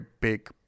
big